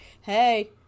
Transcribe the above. hey